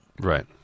right